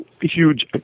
huge